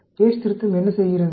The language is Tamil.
யேட்ஸ் திருத்தம் என்ன செய்கிறது